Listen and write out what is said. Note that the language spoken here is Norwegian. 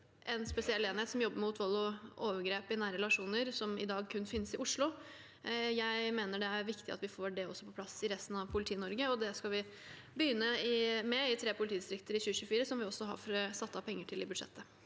en spesiell enhet som jobber mot vold og overgrep i nære relasjoner, som i dag kun finnes i Oslo. Jeg mener det er viktig at vi får det på plass også i resten av Politi-Norge. Vi skal begynne med det i tre politidistrikter i 2024, noe vi også har satt av penger til i budsjettet.